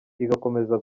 igakomeza